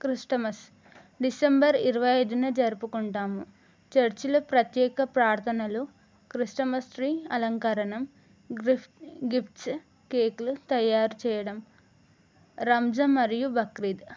Christmas December ఇరవై ఐదున జరుపుకుంటాము చర్చిలో ప్రత్యేక ప్రార్థనలు క్రిస్మస్ ట్రీ అలంకరణ గఫ్ట్ గిఫ్ట్స్ కేకులు తయారు చెయ్యడం రంజజాన్ మరియు బక్రీద్